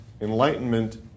enlightenment